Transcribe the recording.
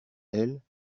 elles